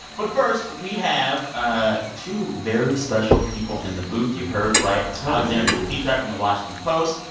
but first, we have ah two very special people in the booth. you heard right. alexandra petri from the washington post.